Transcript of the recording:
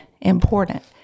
important